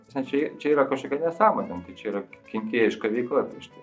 tai čia yra kažkokia nesąmonė nu tai čia yra kenkėjiška veikla išties